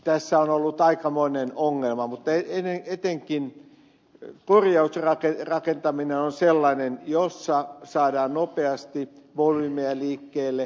tämä on ollut aikamoinen ongelma mutta etenkin korjausrakentaminen on sellainen missä saadaan nopeasti volyymejä liikkeelle